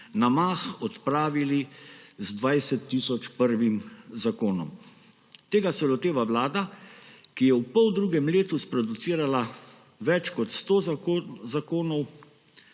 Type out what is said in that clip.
na mah odpravili z dvajsettisočprvim zakonom. Tega se loteva vlada, ki je v poldrugem letu sproducirala več kot 100 zakonov,